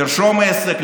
לרשום עסק,